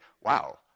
Wow